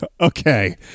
Okay